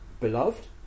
beloved